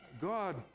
God